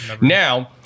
Now